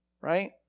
right